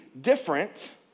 different